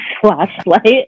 flashlight